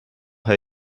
herr